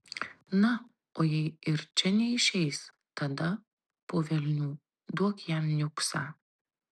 na o jei ir čia neišeis tada po velnių duok jam niuksą